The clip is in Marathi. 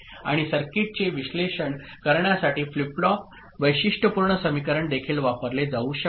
आणि सर्किटचे विश्लेषण करण्यासाठी फ्लिप फ्लॉप वैशिष्ट्यपूर्ण समीकरण देखील वापरले जाऊ शकते